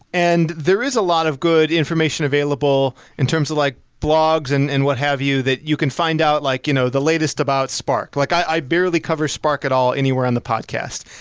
and there is a lot of good information available in terms of like blogs and and what have you that you can find out like you know the latest about spark. like i barely cover spark at all anywhere on the podcast.